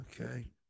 Okay